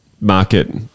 market